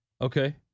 Okay